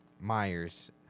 Myers